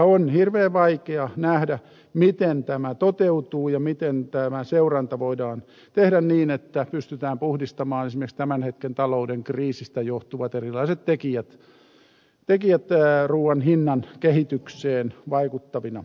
on hirveän vaikea nähdä miten tämä toteutuu ja miten tämä seuranta voidaan tehdä niin että pystytään puhdistamaan esimerkiksi tämän hetken talouden kriisistä johtuvat erilaiset tekijät ruuan hinnan kehitykseen vaikuttavina